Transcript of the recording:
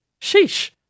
Sheesh